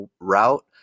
route